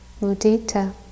Mudita